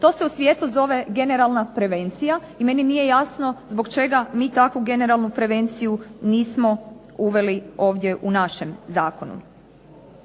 To se u svijetu zove generalna prevencija i meni nije jasno zbog čega mi takvu generalnu prevenciju nismo uveli ovdje u našem zakonu.